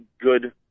good